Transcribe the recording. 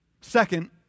Second